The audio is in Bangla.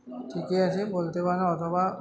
ঠিকই আছে বলতে পারেন অথবা